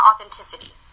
authenticity